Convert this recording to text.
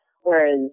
whereas